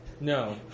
No